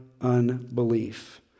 unbelief